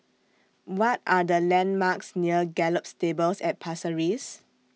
What Are The landmarks near Gallop Stables At Pasir Ris